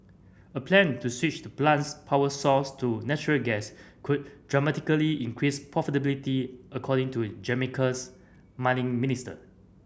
a plan to switch the plant's power source to natural gas could dramatically increase profitability according to Jamaica's mining minister